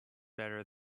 better